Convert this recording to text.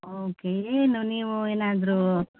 okay ಏನು ನೀವೂ ಏನಾದರೂ